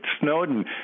Snowden